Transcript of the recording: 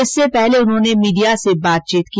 इससे पहले उन्होंने मीडिया से बातचीत की